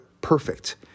perfect